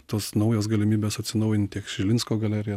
tos naujos galimybės atsinaujint tiek žilinsko galeriją